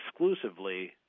exclusively